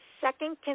second